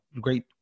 great